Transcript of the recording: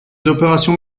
opérations